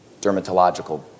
dermatological